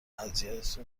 اذیت